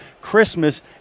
Christmas